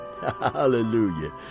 Hallelujah